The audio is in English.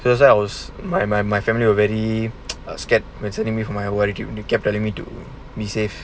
cause I was my my my family are very scared when suddenly me from my uh what did you do you keep telling me to be safe